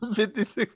56